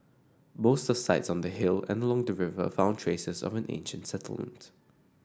most sites on the hill and along the river found traces of an ancient settlement